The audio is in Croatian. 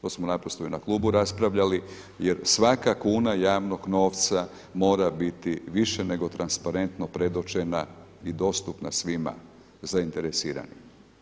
To smo naprosto i na klubu raspravljali, jer svaka kuna javnog novca mora biti više nego transparentno predočena i dostupna svima zainteresiranim.